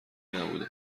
نبوده